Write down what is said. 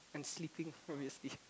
and sleeping obviously